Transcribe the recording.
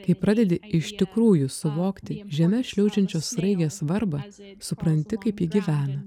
kai pradedi iš tikrųjų suvokti žeme šliaužiančios sraigės svarbą supranti kaip ji gyvena